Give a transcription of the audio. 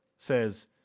Says